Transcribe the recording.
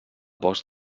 bosc